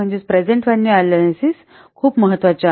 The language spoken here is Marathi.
तर सध्याचे व्हॅल्यू अनॅलिसिस खूप महत्वाचे आहे